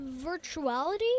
virtuality